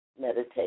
meditate